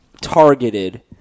targeted